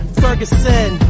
ferguson